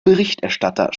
berichterstatter